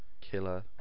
killer